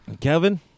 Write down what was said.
Kevin